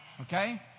Okay